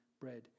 bread